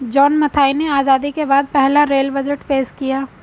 John Mathai ने आजादी के बाद पहला रेल बजट पेश किया